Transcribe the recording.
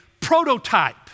prototype